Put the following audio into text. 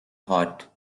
hot